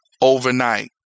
overnight